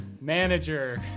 manager